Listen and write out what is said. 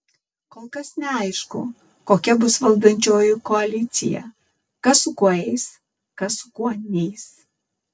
kol kas neaišku kokia bus valdančioji koalicija kas su kuo eis kas su kuo neis